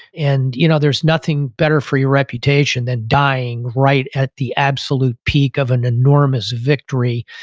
and you know there's nothing better for your reputation than dying right at the absolute peak of an enormous victory.